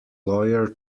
lawyer